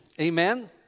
Amen